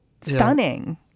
stunning